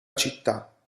città